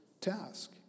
task